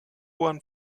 juan